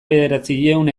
bederatziehun